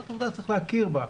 זו עובדה שצריך להכיר בה,